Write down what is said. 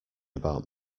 about